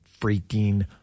freaking